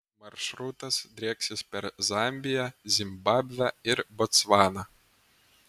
maršrutas drieksis per zambiją zimbabvę ir botsvaną